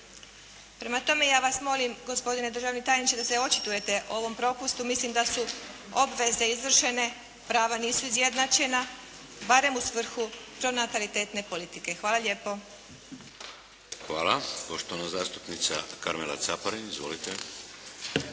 Prema tome, ja vas molim gospodine državni tajniče da se očitujete o ovom propustu. Mislim da su obveze izvršene, prava nisu izjednačena barem u svrhu pronatalitetne politike. Hvala lijepo. **Šeks, Vladimir (HDZ)** Hvala. Poštovana zastupnica Karmela Caparin. Izvolite.